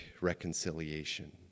reconciliation